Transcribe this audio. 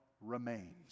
remains